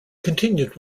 continued